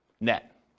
net